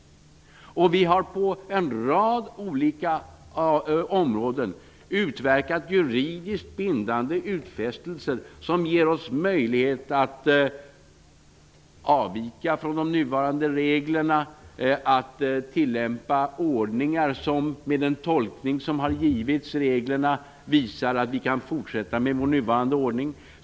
Vi har på en rad områden utverkat juridiskt bindande utfästelser, som ger oss möjlighet att avvika från de nuvarande reglerna och -- med den tolkning som har givits reglerna -- fortsätta med vår nuvarande ordning.